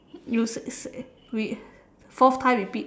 you s~ s~ we fourth time repeat